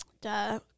duh